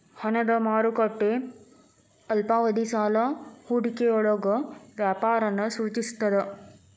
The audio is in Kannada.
ಹಣದ ಮಾರುಕಟ್ಟೆ ಅಲ್ಪಾವಧಿ ಸಾಲ ಹೂಡಿಕೆಯೊಳಗ ವ್ಯಾಪಾರನ ಸೂಚಿಸ್ತದ